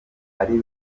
ari